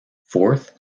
forth